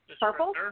Purple